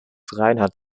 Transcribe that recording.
reinhardt